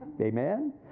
Amen